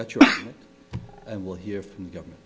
got you and we'll hear from the government